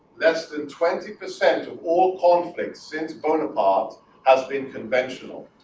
less than twenty percent of all conflicts since bonaparte has been conventional,